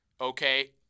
Okay